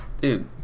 Dude